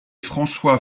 francois